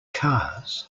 cars